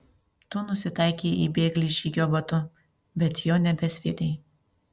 tu nusitaikei į bėglį žygio batu bet jo nebesviedei